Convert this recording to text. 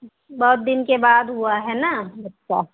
बहुत दिन के बाद हुआ है ना बच्चा